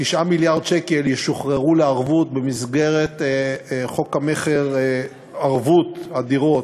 9 מיליארד שקל ישוחרר לערבות במסגרת חוק המכר ערבות הדירות,